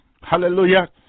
Hallelujah